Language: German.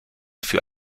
für